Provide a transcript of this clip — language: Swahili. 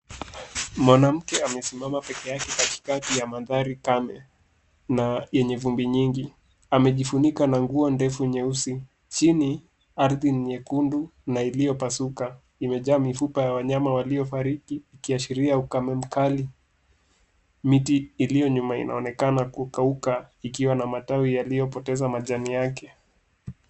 Mwanamke amesimama pekee yake katikati ya maandhari kame na yenye vumbi nyingi. Amejifunika na nguo ndefu nyeusi. Chini, ardhi ni nyekundu na iliyopasuka. Imejaa mifupa ya wanyama waliofariki ikiashiria ukame mkali. Miti iliyo nyuma inaonekana kukauka ikiwa na matawi yaliyopoteza majani yake.